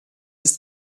ist